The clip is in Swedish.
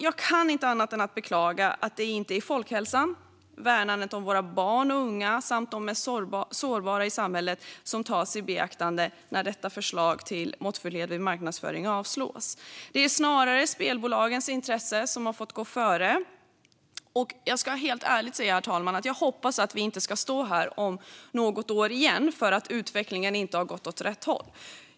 Jag kan inte annat än beklaga att det inte är folkhälsan och värnandet om våra barn och unga samt de mest sårbara i samhället som tas i beaktande när detta förslag om måttfullhet vid marknadsföring avslås. Det är snarare spelbolagens intressen som har fått gå före. Jag ska helt ärligt säga, herr talman, att jag hoppas att vi inte återigen ska stå här om något år för att utvecklingen inte har gått åt rätt håll.